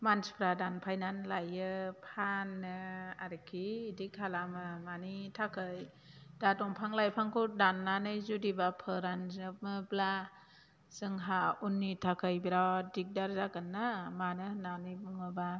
मानसिफ्रा दानफायनानै लायो फानो आरोखि बेदि खालामो मानि थाखै दा दंफां लाइफांखौ दाननानै जुदिबा फोरान जोबोब्ला जोंहा उननि थाखाय बिराद दिगदार जागोनना मानो होननानै बुङोब्ला